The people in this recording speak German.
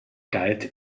galt